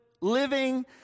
living